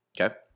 Okay